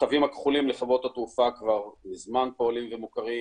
התווים הכחולים של חברות התעופה כבר מזמן פועלים ומוכרים.